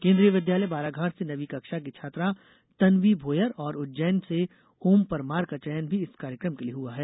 केंद्रीय विद्यालय बालाघाट से नवीं कक्षा की छात्रा तन्वी भोयर और उज्जैन से ओम परमार का चयन भी इस कार्यक्रम के लिए हुआ है